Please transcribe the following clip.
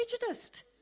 prejudiced